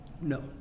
no